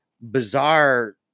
bizarre